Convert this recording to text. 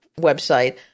website